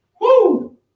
Woo